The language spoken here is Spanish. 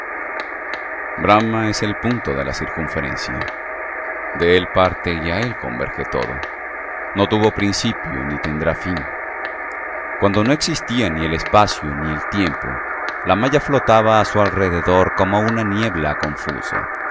brahma es el punto de la circunferencia de él parte y á él converge todo no tuvo principio ni tendrá fin cuando no existían ni el espacio ni el tiempo la maya flotaba á su alrededor como una niebla confusa